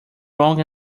wrong